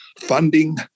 funding